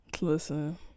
listen